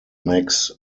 makes